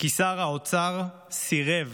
כי שר האוצר סירב